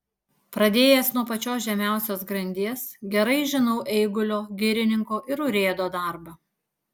pradėjęs nuo pačios žemiausios grandies gerai žinau eigulio girininko ir urėdo darbą